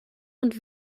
und